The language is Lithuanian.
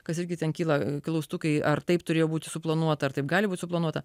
kas irgi ten kyla klaustukai ar taip turėjo būti suplanuota ar taip gali būti suplanuota